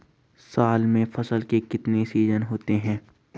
साल में फसल के कितने सीजन होते हैं?